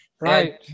Right